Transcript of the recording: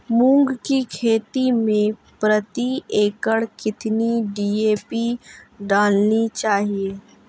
मूंग की खेती में प्रति एकड़ कितनी डी.ए.पी डालनी चाहिए?